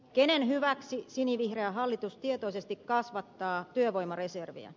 kenen hyväksi sinivihreä hallitus tietoisesti kasvattaa työvoimareserviä